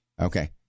Okay